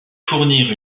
fournir